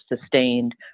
sustained